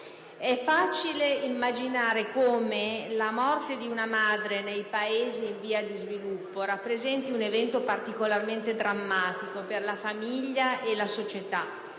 È facile immaginare come la morte di una madre nei Paesi in via di sviluppo rappresenti un evento particolarmente drammatico per la famiglia e la società,